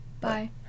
Bye